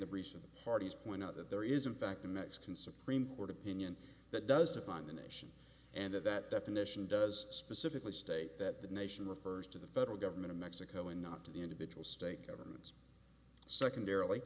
the reason parties point out that there is in fact a mexican supreme court opinion that does define the nation and that that definition does specifically state that the nation refers to the federal government of mexico and not to the individual state government secondarily